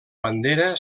bandera